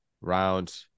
round